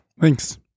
Thanks